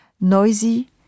noisy